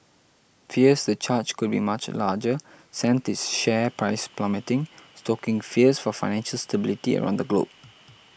fears the charge could be much larger sent its share price plummeting stoking fears for financial stability around the globe